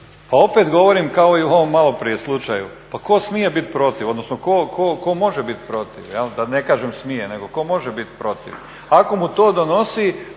pa opet govorim kao i u ovom malo prije slučaju, pa tko smije biti protiv, odnosno tko može biti protiv, da ne kažem smije, nego tko može biti protiv ako mu to donosi